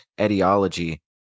etiology